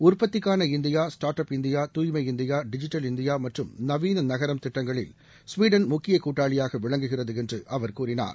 உற்பத்திக்கான India start up India தூய்மை India digital India மற்றும் நவீன நகரம் திட்டங்களில் ஸ்வீடன் முக்கிய கூட்டாளியாக விளங்குகிறது என்று அவர் கூறினார்